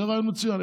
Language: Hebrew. זה רעיון מצוין.